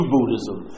Buddhism